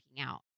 out